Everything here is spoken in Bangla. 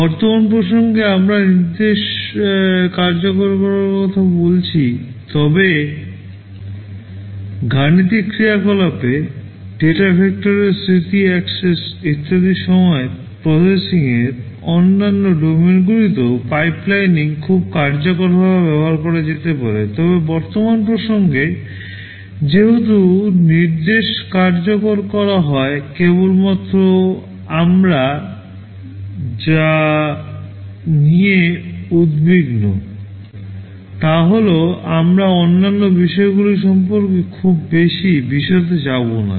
বর্তমান প্রসঙ্গে আমরা নির্দেশ কার্যকর করার কথা বলছি তবে গাণিতিক ক্রিয়াকলাপে ডেটা ভেক্টরের স্মৃতি অ্যাক্সেস ইত্যাদির সময় প্রসেসিংয়ের অন্যান্য ডোমেনগুলিতেও পাইপলাইনিং খুব কার্যকরভাবে ব্যবহার করা যেতে পারে তবে বর্তমান প্রসঙ্গে যেহেতু নির্দেশ কার্যকর করা হয় কেবলমাত্র আমরা যা নিয়ে উদ্বিগ্ন তা হল আমরা অন্যান্য বিষয়গুলির সম্পর্কে খুব বেশি বিশদে যাব না